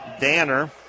Danner